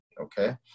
okay